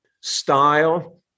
style